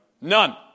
None